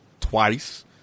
twice